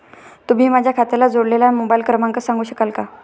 तुम्ही माझ्या खात्याला जोडलेला मोबाइल क्रमांक सांगू शकाल का?